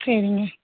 சரிங்க